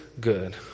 good